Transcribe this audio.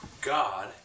God